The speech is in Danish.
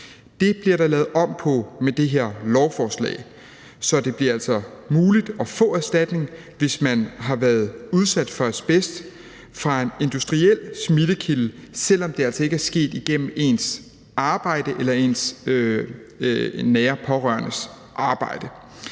Det bliver der lavet om på med det her lovforslag. Det bliver altså muligt at få erstatning, hvis man har været udsat for asbest fra en industriel smittekilde, selv om det altså ikke er sket gennem ens arbejde eller ens nære pårørendes arbejde.